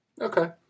okay